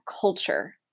culture